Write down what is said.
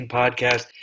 podcast